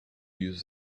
use